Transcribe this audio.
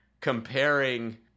comparing